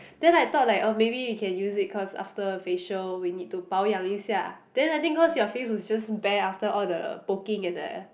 then I thought like um maybe we can use it cause after facial we need to 保养 then I think cause your face was just bare after all the poking and the